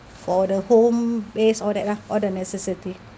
for the home base all that lah all the necessity